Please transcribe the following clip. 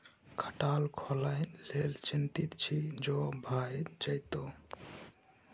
खटाल खोलय लेल चितिंत छी जो भए जेतौ